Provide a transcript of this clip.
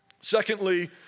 Secondly